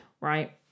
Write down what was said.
right